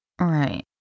Right